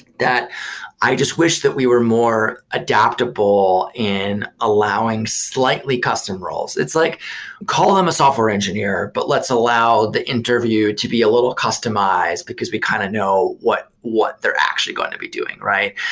that i just wish that we were more adaptable and allowing slightly customer roles. it's like call them a software engineer, but let's allow the interview to be a little customized, because we kind of know what what they're actually going to be doing, right?